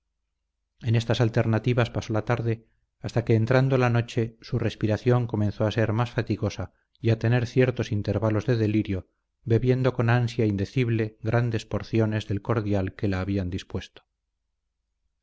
en estas alternativas pasó la tarde hasta que entrando la noche su respiración comenzó a ser más fatigosa y a tener ciertos intervalos de delirio bebiendo con ansia indecible grandes porciones del cordial que la habían dispuesto